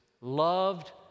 loved